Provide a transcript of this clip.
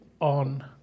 on